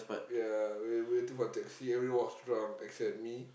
yeah we waiting for the taxi everyone was drunk except me